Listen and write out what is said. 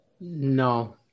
no